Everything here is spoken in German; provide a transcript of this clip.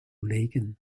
legen